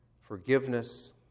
forgiveness